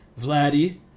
Vladdy